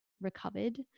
recovered